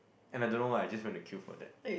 and I don't know why I just went to queue for that